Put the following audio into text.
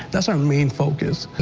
that's our main focus.